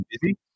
busy